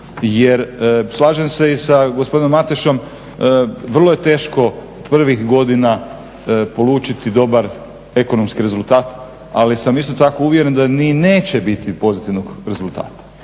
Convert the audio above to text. Jer slažem se i sa gospodinom Matešom, vrlo je teško prvih godina polučiti dobar ekonomski rezultat. Ali sam isto tako uvjeren da niti neće biti pozitivnog rezultata.